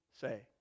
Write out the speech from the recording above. say